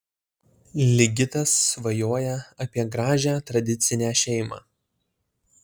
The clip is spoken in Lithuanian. ligitas svajoja apie gražią tradicinę šeimą